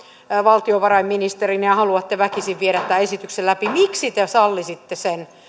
valtiovarainministerinä ja ja haluatte väkisin viedä tämän esityksen läpi miksi te sallisitte sen